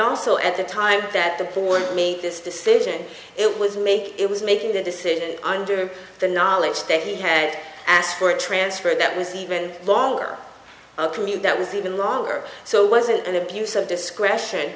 also at the time that the for me this decision it was make it was making the decision under the knowledge that he had asked for a transfer that was even longer commute that was even longer so wasn't an abuse of discretion